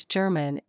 German